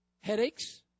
Headaches